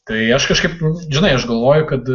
tai aš kažkaip nu žinai aš galvoju kad